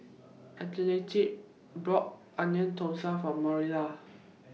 Aletha bought Onion Thosai For Marilla